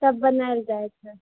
सब बनायल जाइ छै